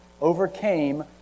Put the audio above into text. overcame